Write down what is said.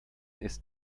ist